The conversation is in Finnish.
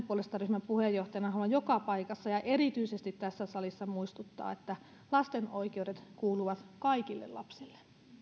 puolesta ryhmän puheenjohtajana haluan joka paikassa ja erityisesti tässä salissa muistuttaa että lasten oikeudet kuuluvat kaikille lapsille